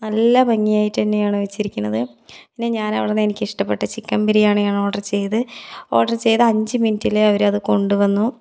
നല്ല ഭംഗിയായിട്ട് തന്നെയാണ് വെച്ചിരിക്കണത് പിന്നെ ഞാൻ അവിടുന്ന് എനിക്കിഷ്ടപ്പെട്ട ചിക്കൻ ബിരിയാണിയാണ് ഓർഡർ ചെയ്ത് ഓർഡർ ചെയ്ത് അഞ്ച് മിനിറ്റിൽ അവരത് കൊണ്ടുവന്നു